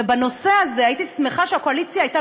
ובנושא הזה הייתי שמחה אם הקואליציה הייתה